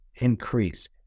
increase